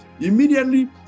Immediately